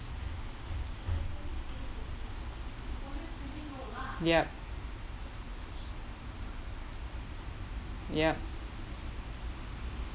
yup yup